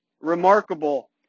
remarkable